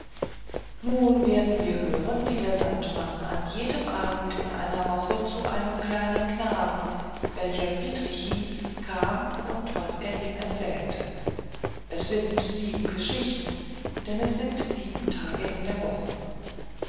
nun werden wir hören wie der sandmann an jedem abend in einer woche zu einem kleinen knaben welcher friedrich hieß kam und was er ihm erzählte es sind sieben geschichten denn es sind sieben tage in der woche